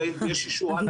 יש אישור כבר